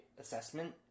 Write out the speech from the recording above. assessment